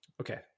Okay